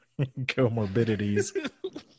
comorbidities